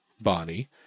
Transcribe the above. bonnie